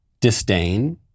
disdain